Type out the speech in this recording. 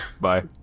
Bye